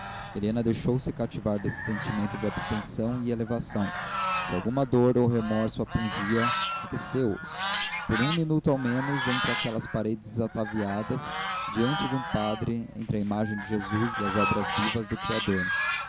humanas helena deixou-se cativar desse sentimento de abstenção e elevação se alguma dor ou remorso a pungia esqueceu os por um minuto ao menos entre aquelas paredes desataviadas diante de um padre entre uma imagem de jesus e as obras vivas do criador